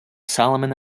solomon